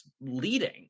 leading